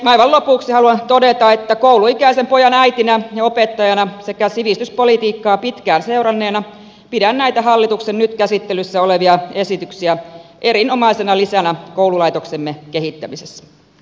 aivan lopuksi haluan todeta että kouluikäisen pojan äitinä ja opettajana sekä sivistyspolitiikkaa pitkään seuranneena pidän näitä hallituksen nyt käsittelyssä olevia esityksiä erinomaisena lisänä koululaitoksemme kehittämisessä